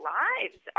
lives